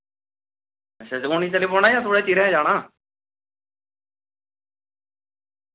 अच्छा अच्छा हू'न ही चली पौना यां थोह्ड़ा चिरै जाना